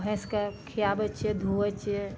भैंस कए खियाबै छियै धुअइ छियै